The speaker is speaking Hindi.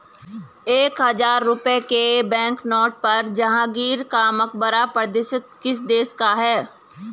एक हजार रुपये के बैंकनोट पर जहांगीर का मकबरा प्रदर्शित किस देश का है?